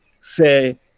say